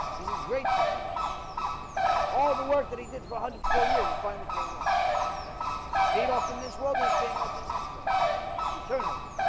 he's in great situation right now all the work that he did four hundred four years is finally paying off he paid off in this world is paying off in the next world eternally